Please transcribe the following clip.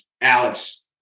Alex